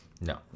No